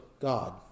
God